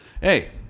Hey